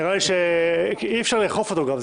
בדברים שאמרתי לאורך הדיון גם בתחילתו,